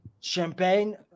champagne